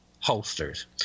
Holsters